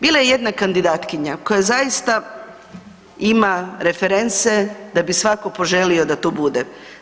Bila je jedna kandidatkinja koja zaista ima reference da bi svatko poželio da tu bude.